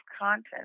content